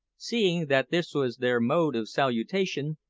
seeing that this was their mode of salutation,